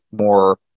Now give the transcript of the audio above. more